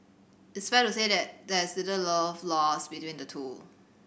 it's fair to say that there's little love lost between the two